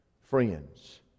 friends